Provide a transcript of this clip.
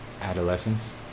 adolescence